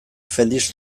felix